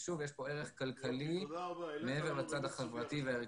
שוב, יש פה ערך כלכלי מעבר לצד החברתי והערכי.